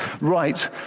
right